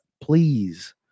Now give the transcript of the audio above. please